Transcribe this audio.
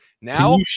Now